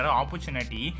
opportunity